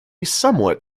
somewhat